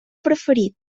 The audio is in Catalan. preferit